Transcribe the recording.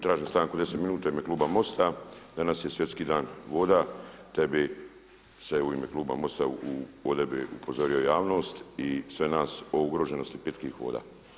Tražim stanku od 10 minuta u ime kluba MOST-a, danas je Svjetski dan voda te bi se u ime kluba MOST-a ovdje bih upozorio javnost i sve nas o ugroženosti pitkih voda.